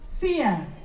fear